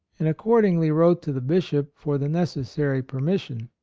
and accordingly wrote to the bishop for the necessary permission.